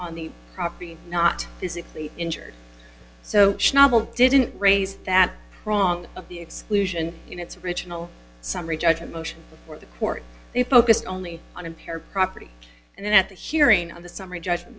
on the property not physically injured so didn't raise that prong of the exclusion in its original summary judgment motion before the court they focused only on impaired property and then at the hearing of the summary judgment